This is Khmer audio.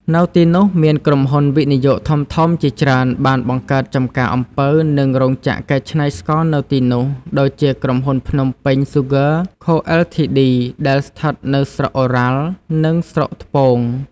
នៅទីនោះមានក្រុមហ៊ុនវិនិយោគធំៗជាច្រើនបានបង្កើតចំការអំពៅ និងរោងចក្រកែច្នៃស្ករនៅទីនោះ ដូចជាក្រុមហ៊ុន ភ្នំពេញ ស៊ូហ្គើរ ខូអិលធីឌី ដែលស្ថិតនៅស្រុកឱរ៉ាល់ និងស្រុកថ្ពង។